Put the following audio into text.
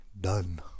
done